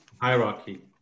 hierarchy